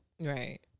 right